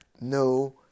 no